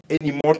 anymore